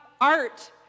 art